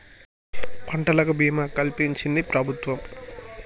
పంటలకు భీమా కలిపించించి ప్రభుత్వం